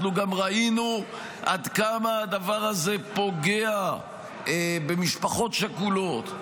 אנחנו גם ראינו עד כמה הדבר הזה פוגע במשפחות שכולות,